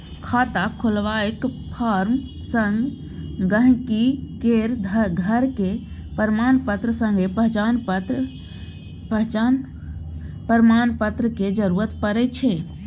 खाता खोलबाक फार्म संग गांहिकी केर घरक प्रमाणपत्र संगे पहचान प्रमाण पत्रक जरुरत परै छै